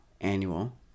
annual